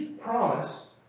promise